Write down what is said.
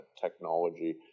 technology